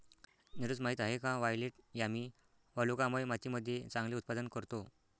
नीरज माहित आहे का वायलेट यामी वालुकामय मातीमध्ये चांगले उत्पादन करतो?